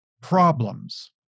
problems